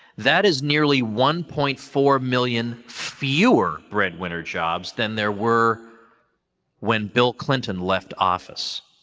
that is nearly one point four million fewer breadwinner jobs than there were when bill clinton left office.